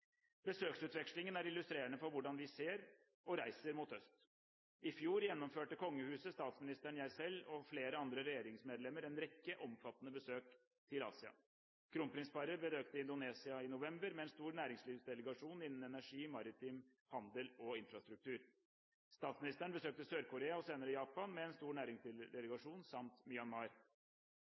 Besøksutvekslingen er illustrerende for hvordan vi ser – og reiser – mot øst. I fjor gjennomførte kongehuset, statsministeren, jeg selv og flere andre regjeringsmedlemmer en rekke omfattende besøk til Asia. Kronprinsparet besøkte Indonesia i november med en stor næringslivsdelegasjon innen energi, maritim handel og infrastruktur. Statsministeren besøkte Sør-Korea og senere Japan med en stor næringslivsdelegasjon samt Myanmar.